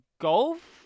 Golf